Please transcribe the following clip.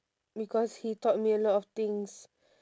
because he taught me a lot of things